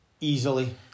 Easily